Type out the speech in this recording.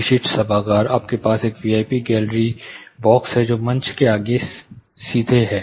विशिष्ट सभागार आपके पास एक V I P gallery box है जो मंच के आगे सीधे है